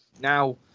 now